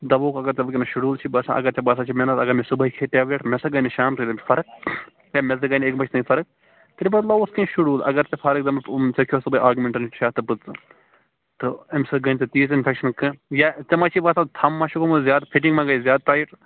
دَوہُک اگر ژےٚ دپُس ییٚمِس شِڈیوٗل چھِ باسان اگر تۅہہِ باسان چھِ مےٚ نا حظ اگر نہ مےٚ صُبحے کھیٚے ٹیبلِٹ مےٚ ہسا گٔیم شام تام فرٕق ہے مےٚ ہسا گٔے نہٕ اَکہِ بَجہِ تام فرٕق تیٚلہِ بَدلاوہوس کیٚنٛہہ شِڈیوٗل اگر ژٕ فار ایٚگزامپٕل ژےٚ کھیٚوتھ صُبحٕے آگمیٚنٹَن شیٚے ہَتھ تہٕ پٍنٛژھٕ تہٕ امہِ سۭتۍ گٔے نہٕ ژےٚ تیٖژ اِنفیٚکشَن کانٛہہ یا ژےٚ ما چھُے باسان ہم ما چھُ گوٚمُت زیادٕ فِٹِنٛگ ما گٔییہِ زیادٕ ٹایِٹ